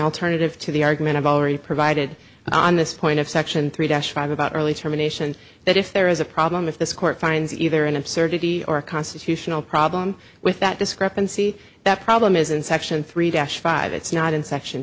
alternative to the argument i've already provided on this point of section three dash five about early termination that if there is a problem if this court finds either an absurdity or a constitutional problem with that discrepancy that problem is in section three dash five it's not in section